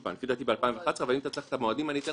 אם אתה רוצה אני אביא